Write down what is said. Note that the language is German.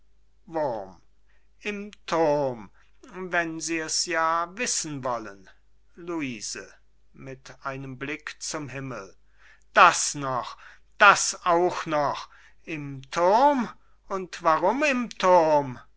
im thurm wenn sie es ja wissen wollen luise mit einem blick zum himmel das noch das auch noch im thurm und warum im thurm